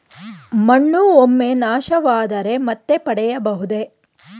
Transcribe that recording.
ಮಣ್ಣು ಒಮ್ಮೆ ನಾಶವಾದರೆ ಮತ್ತೆ ಪಡೆಯಬಹುದೇ?